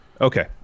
Okay